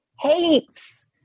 hates